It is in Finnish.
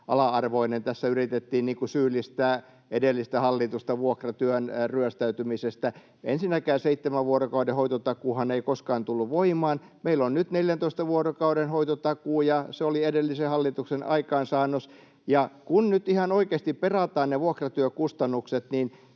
ala-arvoinen. Tässä yritettiin syyllistää edellistä hallitusta vuokratyön ryöstäytymisestä. Ensinnäkään seitsemän vuorokauden hoitotakuuhan ei koskaan tullut voimaan. Meillä on nyt 14 vuorokauden hoitotakuu, ja se oli edellisen hallituksen aikaansaannos. Kun nyt ihan oikeasti perataan ne vuokratyökustannukset,